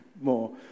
more